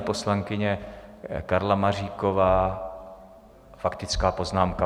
Poslankyně Karla Maříková, faktická poznámka.